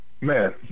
Man